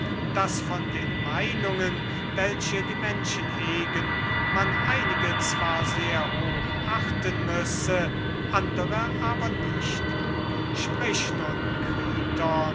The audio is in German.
daß von den meinungen welche die menschen hegen man einige zwar sehr hoch achten müsse andere aber nicht sprich nun kriton